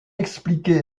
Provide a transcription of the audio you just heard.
expliqué